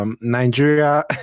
Nigeria